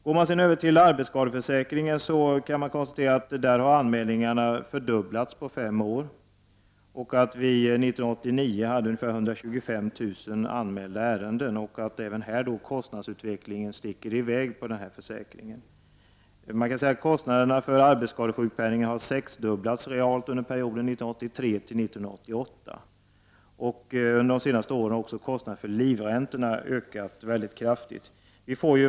Går man sedan över till arbetsskadeförsäkringen kan man konstatera att antalet anmälningar har fördubblats på fem år. 1989 var antalet anmälda ärenden ungefär 125 000. Kostnadsutvecklingen rusar i väg även för denna försäkring. Kostnaderna för arbetsskadesjukpenningen har sexdubblats realt under perioden 1983-1988. Under de senaste åren har också kostnaderna för livräntor ökat mycket kraftigt.